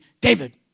David